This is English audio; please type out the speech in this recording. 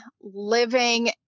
living